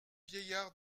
vieillard